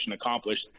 accomplished